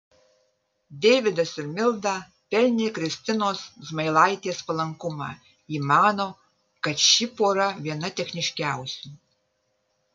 deividas ir milda pelnė kristinos zmailaitės palankumą ji mano kad ši pora viena techniškiausių